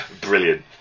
Brilliant